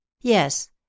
Yes